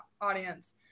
audience